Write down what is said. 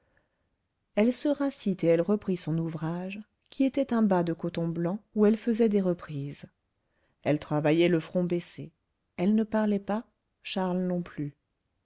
elle se rassit et elle reprit son ouvrage qui était un bas de coton blanc où elle faisait des reprises elle travaillait le front baissé elle ne parlait pas charles non plus